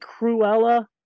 Cruella